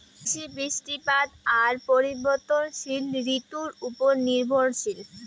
কৃষি, বৃষ্টিপাত আর পরিবর্তনশীল ঋতুর উপর নির্ভরশীল